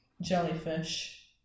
jellyfish